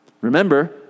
Remember